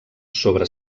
sobre